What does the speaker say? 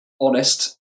honest